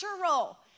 natural